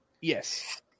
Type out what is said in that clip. Yes